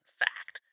fact